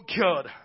God